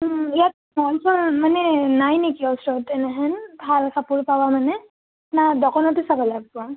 ইয়াত জেনছৰ মানে নাই নেকি ওচৰত এনেকুৱা ভাল কাপোৰ পোৱা মানে নাই দোকানতে চাব লাগিব